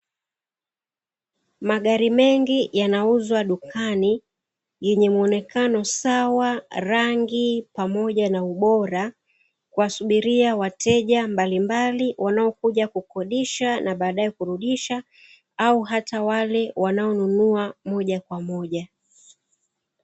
Magari mengi yanauzwa dukani yenye muonekano sawa, rangi pamoja na ubora kuwasubiria wateja mbalimbali wanaokuja kukodisha na baadae kurudisha au hata wale wanaonunua moja kwa moja.